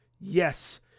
yes